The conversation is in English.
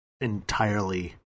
entirely